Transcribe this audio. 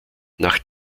nach